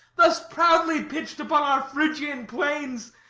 thus proudly pight upon our phrygian plains,